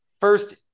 first